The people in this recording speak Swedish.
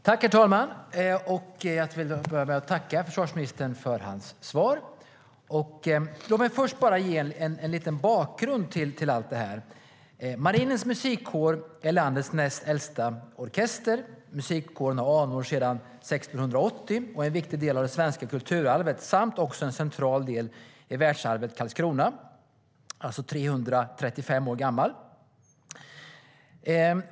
Herr talman! Jag tackar försvarsministern för svaret. Låt mig först ge en liten bakgrund. Marinens musikkår är landets näst äldsta orkester. Musikkåren har anor sedan 1680 och är en viktig del av det svenska kulturarvet och en central del i världsarvet Karlskrona. Musikkåren är alltså 335 år gammal.